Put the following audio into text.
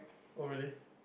oh really